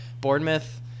Bournemouth